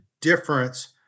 difference